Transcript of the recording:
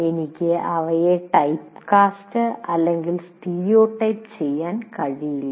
എനിക്ക് അവയെ typecast stereotype ചെയ്യാൻ കഴിയില്ല